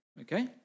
okay